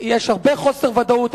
יש הרבה חוסר ודאות,